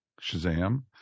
Shazam